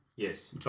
Yes